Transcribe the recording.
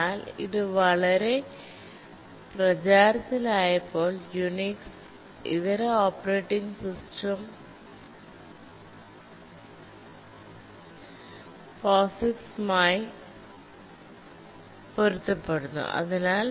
എന്നാൽ ഇത് വളരെ പ്രചാരത്തിലായപ്പോൾ യുണിക്സ് ഇതര ഓപ്പറേറ്റിംഗ് സിസ്റ്റവും POSIX മായി പൊരുത്തപ്പെടുന്നു അതിനാൽ